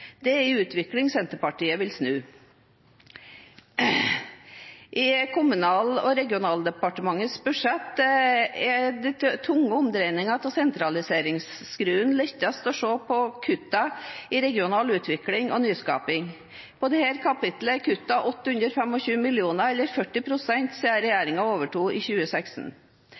Det er en utvikling Senterpartiet vil snu. I Kommunal- og regionaldepartementets budsjett er de tunge omdreininger av sentraliseringsskruen lettest å se på kuttene i regional utvikling og nyskaping. På dette kapittelet er det kuttet 825 mill. kr, eller